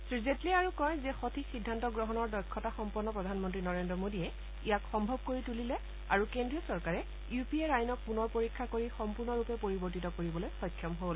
শ্ৰী জেটলীয়ে কয় যে সঠিক সিদ্ধান্ত গ্ৰহণৰ দক্ষতা সম্পন্ন প্ৰধানমন্নী নৰেন্দ্ৰ মোডীয়ে ইয়াক সম্ভৱ কৰি তুলিলে আৰু কেন্দ্ৰীয় চৰকাৰে ইউ পি এৰ আইনক পুনৰ পৰীক্ষা কৰি সম্পূৰ্ণৰূপে পৰিৱৰ্তিত কৰিবলৈ সক্ষম হল